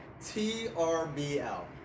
T-R-B-L